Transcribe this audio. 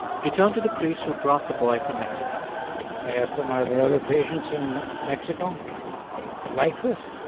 he turned to the priests who brought the boy from mexico i asked them, are there other patients in mexico like this?